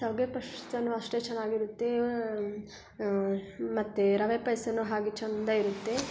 ಶಾವಿಗೆ ಪಾಯ್ಸನು ಅಷ್ಟೇ ಚೆನ್ನಾಗಿರುತ್ತೆ ಮತ್ತು ರವೆ ಪಾಯ್ಸವೂ ಹಾಗೆ ಚಂದ ಇರುತ್ತೆ